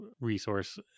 resource